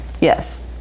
yes